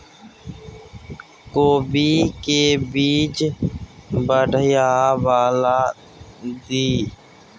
कोबी के बीज बढ़ीया वाला दिय?